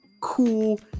cool